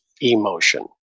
emotion